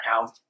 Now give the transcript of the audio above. now